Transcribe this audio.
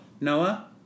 Noah